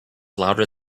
louder